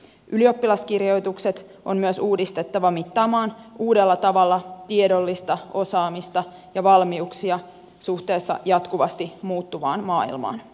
ylioppilaskirjoitukset on myös uudistettava mittaamaan uudella tavalla tiedollista osaamista ja valmiuksia suhteessa jatkuvasti muuttuvaan maailmaan